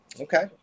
Okay